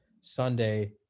Sunday